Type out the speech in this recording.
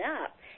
up